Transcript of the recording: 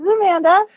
Amanda